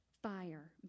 fire